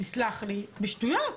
בשטויות.